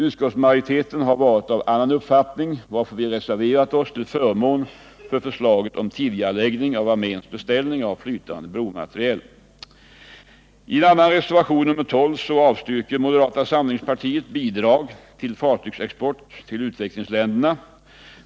Utskottsmajoriteten har varit av annan uppfattning, varför vi reserverat oss till förmån för förslaget om tidigareläggning av arméns beställning av flytande bromateriel. export till utvecklingsländer.